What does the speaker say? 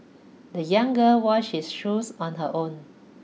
the young girl washed his shoes on her own